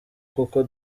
kuko